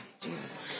Jesus